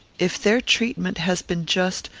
if their treatment has been just,